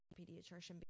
pediatrician